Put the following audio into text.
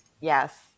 Yes